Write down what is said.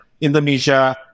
Indonesia